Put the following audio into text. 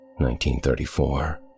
1934